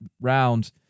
round